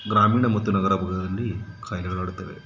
ಗ್ರಾಮೀಣ ಮತ್ತು ನಗರ ಭಾಗದಲ್ಲಿ ಕಾಯಿಲೆಗಳು ಹರ್ಡುತ್ತವೆ